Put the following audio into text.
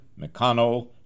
McConnell